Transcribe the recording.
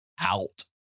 out